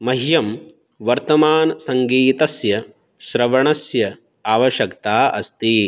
मह्यं वर्तमानं सङ्गीतस्य श्रवणस्य आवश्यकता अस्ति